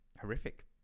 horrific